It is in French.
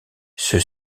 ceux